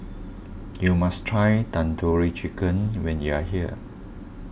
you must try Tandoori Chicken when you are here